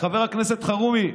הכנסת אלחרומי,